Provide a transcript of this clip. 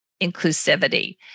inclusivity